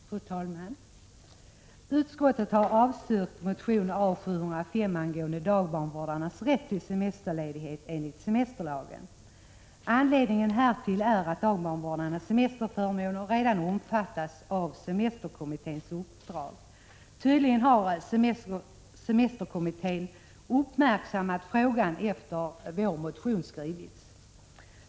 Fru talman! Utskottet har avstyrkt motionen A705 angående dagbarnvårdarnas rätt till semesterledighet enligt semesterlagen. Anledningen härtill är att dagbarnvårdarnas semesterförmåner redan omfattas av semesterkommitténs uppdrag. Tydligen har semesterkommittén uppmärksammat frågan efter det att vår motion skrivits.